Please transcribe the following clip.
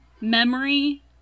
Memory